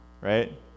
Right